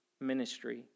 ministry